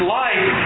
life